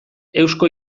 eusko